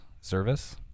Service